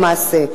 הלכה למעשה.